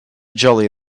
jolly